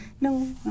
No